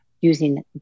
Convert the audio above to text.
using